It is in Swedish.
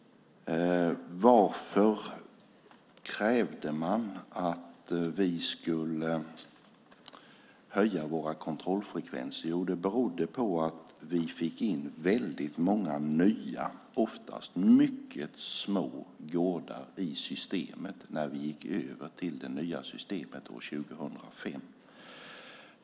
Varför krävde man att vi skulle höja våra kontrollfrekvenser? Jo, det berodde på att vi fick in väldigt många nya, oftast mycket små, gårdar i systemet när vi gick över till det nya systemet år 2005.